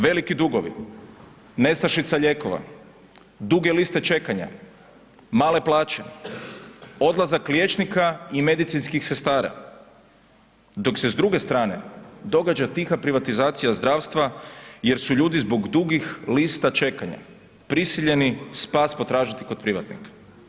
Veliki dugovi, nestašica lijekova, duge liste čekanja, male plaće, odlazak liječnika i medicinskih sestara, dok se s druge strane događa tiha privatizacija zdravstva jer su ljubi zbog dugih lista čekanja prisiljeni spas potražiti kod privatnika.